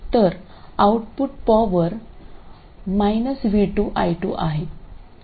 तर output power v2 i2 आहे